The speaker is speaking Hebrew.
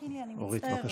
קינלי, אני מצטערת.